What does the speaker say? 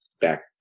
back